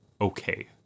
okay